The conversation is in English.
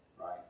Right